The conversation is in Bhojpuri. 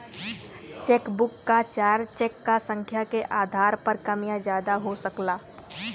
चेकबुक क चार्ज चेक क संख्या के आधार पर कम या ज्यादा हो सकला